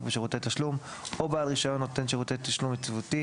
בשירותי תשלום או בעל רישיון נותן שירותי תשלום יציבותי,